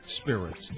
spirits